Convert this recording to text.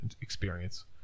experience